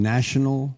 National